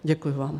Děkuji vám.